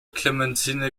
clementine